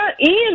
Ian